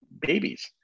babies